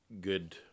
good